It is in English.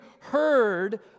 heard